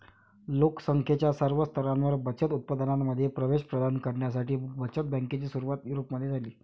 लोक संख्येच्या सर्व स्तरांवर बचत उत्पादनांमध्ये प्रवेश प्रदान करण्यासाठी बचत बँकेची सुरुवात युरोपमध्ये झाली